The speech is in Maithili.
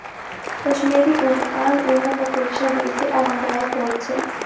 कश्मीरी ऊन आन ऊनक अपेक्षा बेसी आरामदायक होइत छै